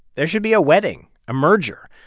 there should be a wedding, a merger.